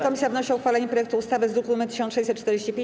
Komisja wnosi o uchwalenie projektu ustawy z druku nr 1645.